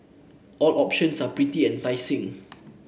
all options are pretty enticing